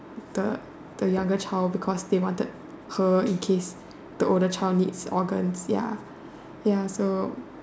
the the younger child because they wanted her in case the older child needs organs ya ya so